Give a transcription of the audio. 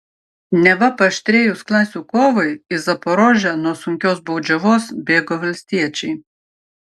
neva paaštrėjus klasių kovai į zaporožę nuo sunkios baudžiavos bėgo valstiečiai